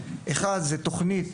אחד זה תכנית